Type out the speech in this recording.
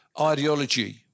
ideology